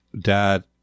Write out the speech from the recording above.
dad